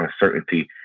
uncertainty